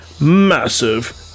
massive